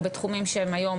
או בתחומים שהם היום,